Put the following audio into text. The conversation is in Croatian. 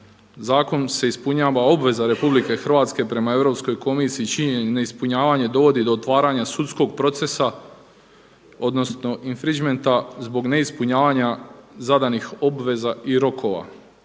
Zakonom se ispunjava obveza RH prema Europskog komisiji čije neispunjavanje dovodi do otvaranja sudskog procesa odnosno infringmenta zbog neispunjavanja zadanih obveza i rokova.